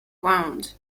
wound